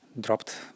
dropped